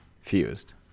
fused